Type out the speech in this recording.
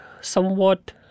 somewhat